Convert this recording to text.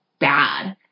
bad